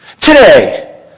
Today